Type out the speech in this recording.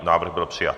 Návrh byl přijat.